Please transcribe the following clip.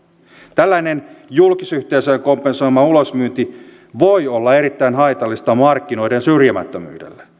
tällainen julkisyhteisöjen kompensoima ulosmyynti voi olla erittäin haitallista markkinoiden syrjimättömyydelle